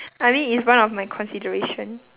I mean it's one of my consideration